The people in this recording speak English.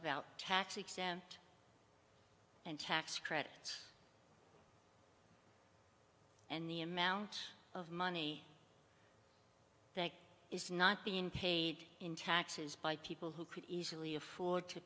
about tax exempt and tax credits and the amount of money that is not being paid in taxes by people who could easily afford to